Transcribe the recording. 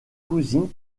cousine